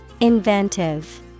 Inventive